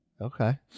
Okay